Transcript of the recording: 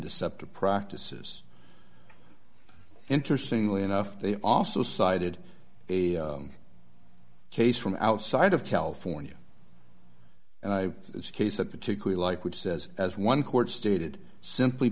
deceptive practices interestingly enough they also cited a case from outside of california and i this case i particularly like which says as one court stated simply